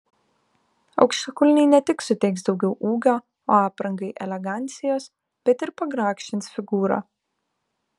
aukštakulniai ne tik suteiks daugiau ūgio o aprangai elegancijos bet ir pagrakštins figūrą